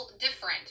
different